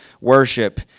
worship